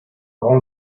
rang